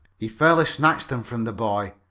he fairly snatched them from the boy.